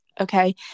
okay